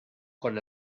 con